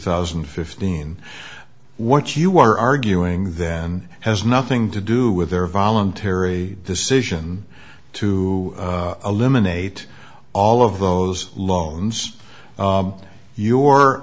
thousand and fifteen what you are arguing then has nothing to do with their voluntary decision to eliminate all of those loans your